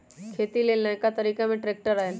खेती लेल नया तरिका में ट्रैक्टर आयल